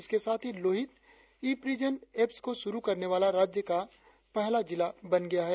इसके साथ ही लोहित ई प्रिजन एप्स को शुरु करने वाला राज्य का पहला जिला बन गया है